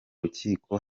rukiko